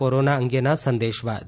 કીરોના અંગેના આ સંદેશ બાદ